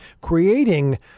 creating